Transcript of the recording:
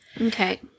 Okay